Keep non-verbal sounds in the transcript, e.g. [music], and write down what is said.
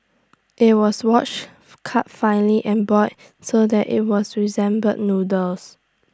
IT was washed [noise] cut finely and boiled so that IT was resembled noodles